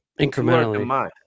Incrementally